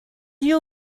you